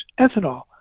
ethanol